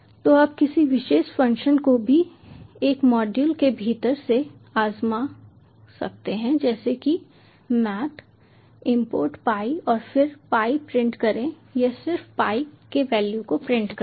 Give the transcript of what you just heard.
तो आप किसी विशेष फ़ंक्शन को भी एक मॉड्यूल के भीतर से आज़मा सकते हैं जैसे कि मैथ इंपोर्ट पाई और फिर पाई प्रिंट करें यह सिर्फ पाई के वैल्यू को प्रिंट करेगा